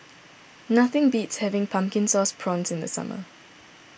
nothing beats having Pumpkin Sauce Prawns in the summer